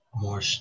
More